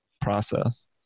process